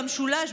במשולש,